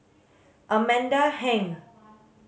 Amanda Heng